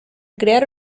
crear